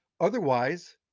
Otherwise